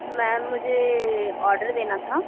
ma'am मुझे order देना था